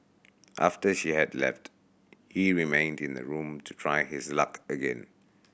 after she had left he remained in the room to try his luck again